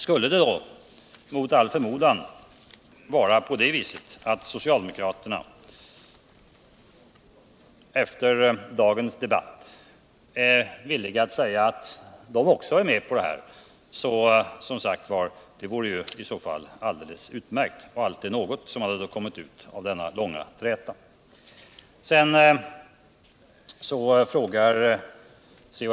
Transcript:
Skulle det — mot all förmodan — vara på det viset att socialdemokraterna efter dagens debatt är villiga att säga att också de är med på detta vore det i så fall alldeles utmärkt — då hade ju något resultat blivit följden av denna långa träta. C.-H.